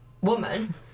woman